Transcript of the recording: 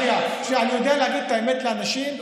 אני יודע להגיד את האמת לאנשים.